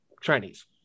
chinese